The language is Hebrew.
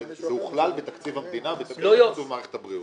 זה הוכלל בתקציב המדינה, בתקציב מערכת הבריאות.